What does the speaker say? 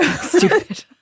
stupid